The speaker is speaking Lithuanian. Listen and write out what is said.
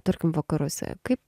tarkim vakaruose kaip